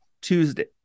Tuesday